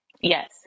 Yes